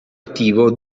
attivo